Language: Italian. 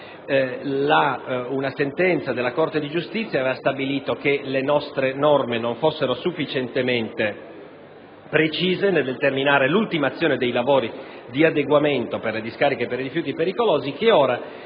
norme. Una sentenza della Corte di giustizia aveva stabilito che le nostre norme non fossero sufficientemente precise nel determinare l'ultimazione dei lavori di adeguamento per le discariche di rifiuti pericolosi che ora